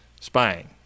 spying